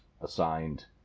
assigned